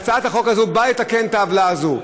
הצעת החוק הזאת באה לתקן את העוולה הזאת.